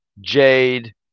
Jade